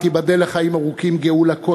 ותיבדל לחיים ארוכים גאולה כהן,